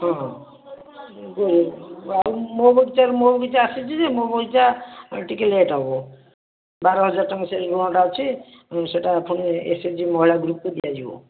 ହଁ ହଁ ଯେଉଁ ଆଉ ମୋ ବଗିଚାର ମୋ ବଗିଚା ଆସିଛି ଯେ ମୋ ବଗିଚା ଟିକିଏ ଲେଟ୍ ହେବ ବାରହଜାର ଟଙ୍କା ସେହି ଋଣଟା ଅଛି ସେଟା ଫୁଣି ଏସ୍ ଏଚ୍ ଜି ମହିଳା ଗ୍ରୁପକୁ ଦିଆଯିବ